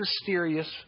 mysterious